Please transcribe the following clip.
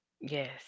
yes